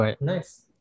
Nice